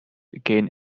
gain